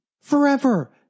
Forever